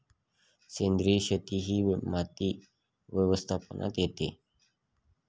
सेंद्रिय शेती ही माती व्यवस्थापनात येते